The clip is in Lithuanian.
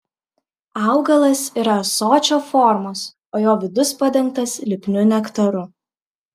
augalas yra ąsočio formos o jo vidus padengtas lipniu nektaru